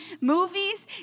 movies